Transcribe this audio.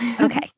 Okay